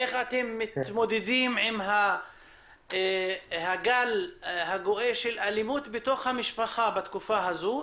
איך אתם מתמודדים עם הגל הגואה של אלימות בתוך המשפחה בתקופה הזו,